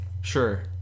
sure